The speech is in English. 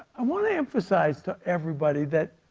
i want to emphasize to everybody that